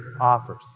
offers